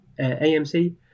AMC